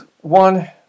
one